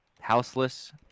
Houseless